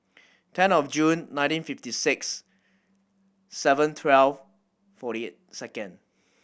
ten of June nineteen fifty six seven twelve forty eight second